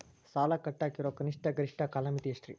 ಸಾಲ ಕಟ್ಟಾಕ ಇರೋ ಕನಿಷ್ಟ, ಗರಿಷ್ಠ ಕಾಲಮಿತಿ ಎಷ್ಟ್ರಿ?